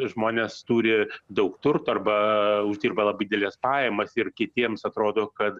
žmonės turi daug turto arba uždirba labai dideles pajamas ir kitiems atrodo kad